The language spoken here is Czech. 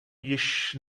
již